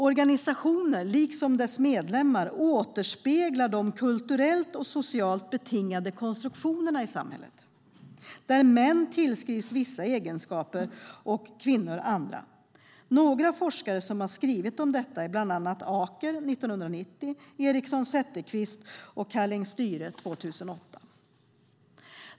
Organisationer liksom deras medlemmar återspeglar alltså de kulturellt och socialt betingade konstruktionerna i samhället där män tillskrivs vissa egenskaper och kvinnor andra. Några forskare som skrivit om detta är Acker 1990 samt Eriksson-Zetterquist, Kalling och Sthyre 2008.